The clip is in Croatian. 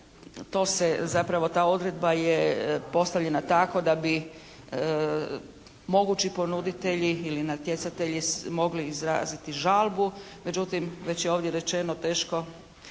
to se, zapravo ta odredba je postavljena tako da bi mogući ponuditelji ili natjecatelji mogli izraziti žalbu. Međutim već je ovdje rečeno teško,